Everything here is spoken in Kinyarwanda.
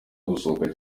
gusohoka